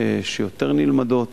שיותר נלמדות,